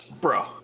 bro